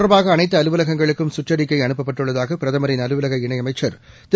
தொடர்பாகஅனைத்துஅலுவலகங்களுக்கும் சுற்றறிக்கைஅனுப்பப்பட்டுள்ளதாகபிரதமரின் இத அலுவலக இணையமைச்சர் திரு